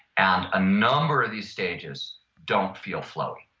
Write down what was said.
and a number of these stages don't feel flowy.